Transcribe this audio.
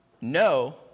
No